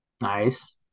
Nice